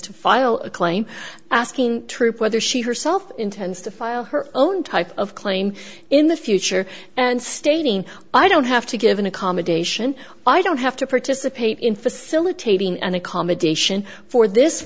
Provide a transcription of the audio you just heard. to file a claim asking troop whether she herself intends to file her own type of claim in the future and stating i don't have to give an accommodation i don't have to participate in facilitating an accommodation for this